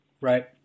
Right